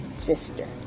sister